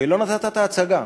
ולא נתת את ההצגה,